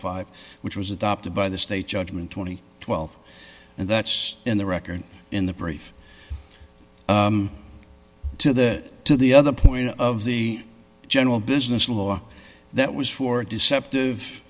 five which was adopted by the state judgement two thousand and twelve and that's in the record in the brief to the to the other point of the general business law that was for deceptive